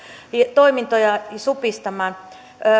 toimintoja supistamaan